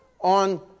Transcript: on